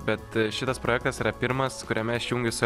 bet šitas projektas yra pirmas kuriame aš jungiuosi